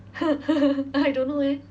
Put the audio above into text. I don't know eh